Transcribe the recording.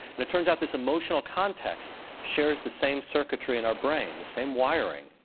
and it turns out this emotional context shares the same circuitry in our brain, the same wiring,